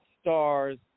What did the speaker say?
stars